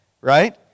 right